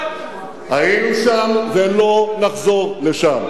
היינו שם, ולא נחזור לשם.